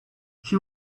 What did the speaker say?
she